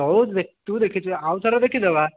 ହଉ ଦେଖି ତୁ ଦେଖିଛୁ ଆଉଥରେ ଦେଖିଦେବା